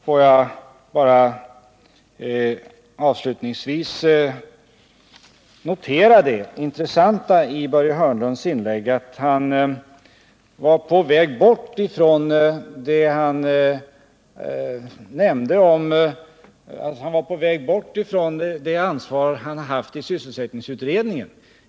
Får jag bara avslutningsvis notera det intressanta i Börje Hörnlunds inlägg att han var på väg bort från det ansvar han visat i sysselsättningsutredningen.